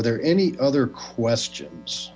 are there any other questions